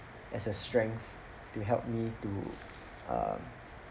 as a strength to help me to um